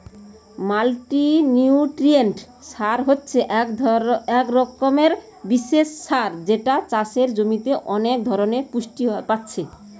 multinutrient সার হচ্ছে এক রকমের বিশেষ সার যেটাতে চাষের জমির অনেক ধরণের পুষ্টি পাচ্ছে